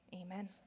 amen